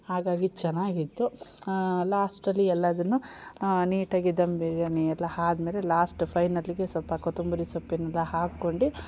ಹಾಗಾಗಿ ಚೆನ್ನಾಗಿತ್ತು ಲಾಸ್ಟಲ್ಲಿ ಎಲ್ಲದನ್ನೂ ನೀಟಾಗಿ ದಮ್ ಬಿರಿಯಾನಿ ಎಲ್ಲ ಆದ ಮೇಲೆ ಲಾಸ್ಟ್ ಫೈನಲ್ಲಿಗೆ ಸ್ವಲ್ಪ ಕೊತ್ತಂಬರಿ ಸೊಪ್ಪಿನ ಎಲ್ಲ ಹಾಕ್ಕೊಂಡು